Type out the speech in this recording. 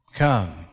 Come